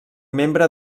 membre